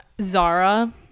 Zara